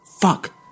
Fuck